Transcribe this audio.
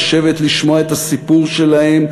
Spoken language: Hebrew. לשבת לשמוע את הסיפור שלהם,